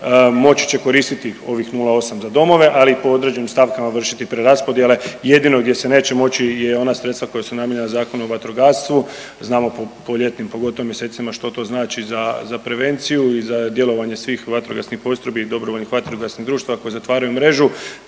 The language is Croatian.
moći će koristiti ovih 0,8 za domove, ali po određenim stavkama vršiti preraspodjele, jedino gdje se neće moći je ona sredstva koja su namijenjena Zakonom o vatrogastvu, znamo po, po ljetnim pogotovo mjesecima što to znači za, za prevenciju i za djelovanje svih vatrogasnih postrojbi i DVD-a koji zatvaraju mrežu,